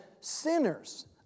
sinners